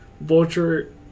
vulture